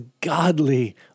godly